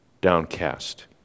downcast